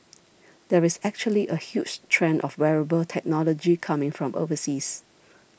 there is actually a huge trend of wearable technology coming from overseas